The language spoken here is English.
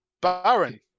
Baron